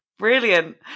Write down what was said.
Brilliant